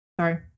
Sorry